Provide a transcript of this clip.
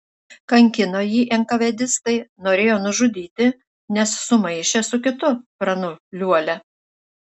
kankino jį enkavedistai norėjo nužudyti nes sumaišė su kitu pranu liuolia